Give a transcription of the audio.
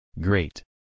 Great